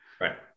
Right